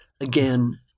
again